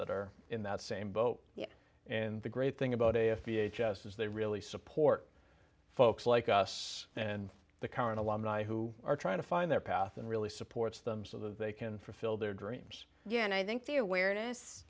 that are in that same boat and the great thing about a v h s is they really support folks like us and the current alumni who are trying to find their path and really supports them so that they can fulfill their dreams and i think the awareness